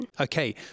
Okay